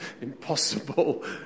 impossible